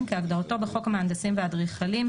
כהגדרתו בחוק המהנדסים והאדריכלים,